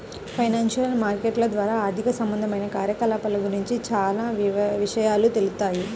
financial మార్కెట్ల ద్వారా ఆర్థిక సంబంధమైన కార్యకలాపాల గురించి చానా విషయాలు తెలుత్తాయి